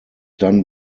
done